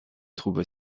trouvent